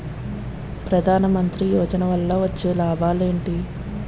ప్రధాన మంత్రి యోజన వల్ల వచ్చే లాభాలు ఎంటి?